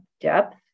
depth